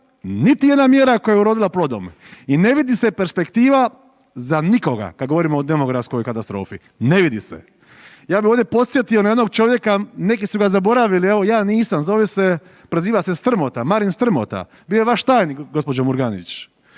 niti jedna mjera koja je urodila plodom i ne vidi se perspektiva za nikoga, kad govorimo o demografskoj katastrofi, ne vidi se. Ja bi ovdje podsjetio na jednog čovjeka, neki su ga zaboravila, evo ja nisam zove se preziva Strmota, Marin Strmota bio je vaš tajnik gospođo Murganić,